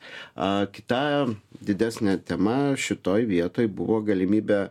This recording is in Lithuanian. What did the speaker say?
a kita didesnė tema šitoj vietoj buvo galimybė